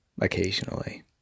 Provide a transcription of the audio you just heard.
Occasionally